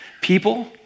people